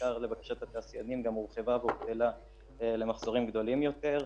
שבעיקר לבקשת התעשיינים גם הורחבה והופעלה למחזורים גדולים יותר.